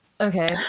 okay